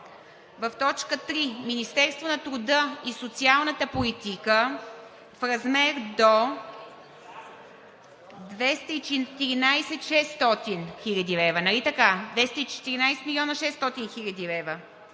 в т. 3: „Министерството на труда и социалната политика в размер до 214 млн. 600 хил.